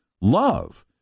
love